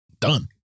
Done